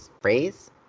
phrase